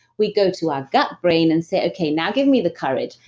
we go to our gut brain and say, okay, now give me the courage.